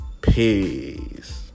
Peace